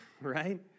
right